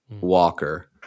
Walker